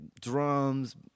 drums